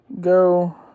Go